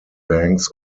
banks